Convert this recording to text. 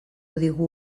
digu